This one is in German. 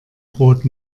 brot